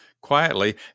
quietly